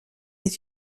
est